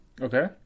Okay